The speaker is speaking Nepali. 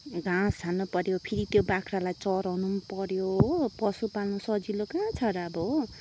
घाँस हाल्नु पऱ्यो फेरि त्यो बाख्रालाई चराउनु नि पऱ्यो हो पशु पाल्नु सजिलो कहाँ छ र अब हो